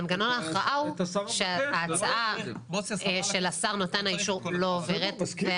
מנגנון ההכרעה הוא שההצעה של השר נותן האישור לא עוברת.